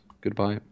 Goodbye